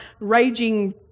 raging